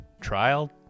Trial